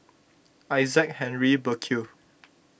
Isaac Henry Burkill